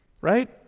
Right